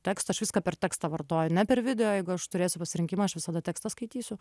tekstą aš viską per tekstą vartoju ne per video jeigu aš turėsiu pasirinkimą aš visada tekstą skaitysiu